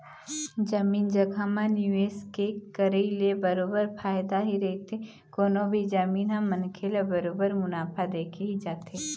जमीन जघा म निवेश के करई ले बरोबर फायदा ही रहिथे कोनो भी जमीन ह मनखे ल बरोबर मुनाफा देके ही जाथे